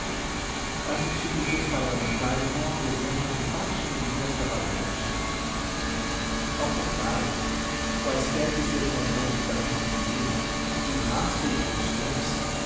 as instituições parlamentares não apresentam em parte nenhuma esta variante ao contrário quaisquer que sejam as modificações de clima de raça ou de costumes